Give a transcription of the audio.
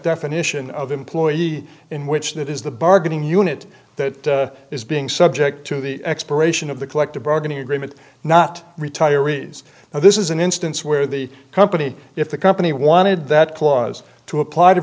definition of employee in which it is the bargaining unit that is being subject to the expiration of the collective bargaining agreement not retirees now this is an instance where the company if the company wanted that clause to apply to